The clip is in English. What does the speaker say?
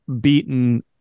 beaten